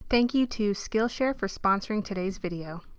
thank you to skillshare for sponsoring today's video.